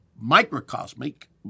microcosmic